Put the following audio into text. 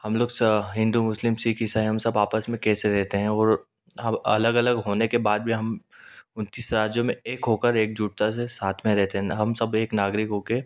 हम लोग हिन्दू मुस्लिम सिक्ख इसाई हम सब आपस में कैसे रहते हैं वो हम अलग अलग होने के बाद भी हम उनतीस राज्यों में एक होकर एकजुटता से साथ में रहते ना हम सब एक नागरिक हो के